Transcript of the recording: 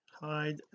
hide